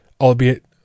albeit